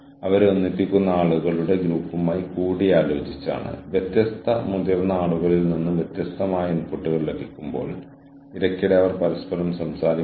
അതിനാൽ നിങ്ങൾ നിങ്ങളുടെ കഴിവുകൾ വർദ്ധിപ്പിക്കുകയും നിങ്ങളുടെ സ്ഥാപനത്തിന്റെ കഴിവ് വർദ്ധിപ്പിക്കുകയും ആവശ്യമുള്ളപ്പോൾ നെറ്റ്വർക്കിൽ നിന്ന് പിൻവലിക്കുകയും ചെയ്യുന്നു